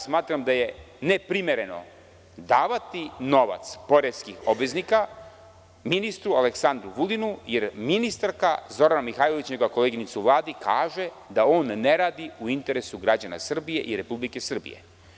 Smatram da je neprimereno davati novac poreskih obveznika ministru Aleksandru Vulinu, jer ministarka Zorana Mihajlović, njegova koleginica u Vladi kaže da on ne radi u interesu građana Srbije i Republike Srbije.